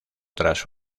tras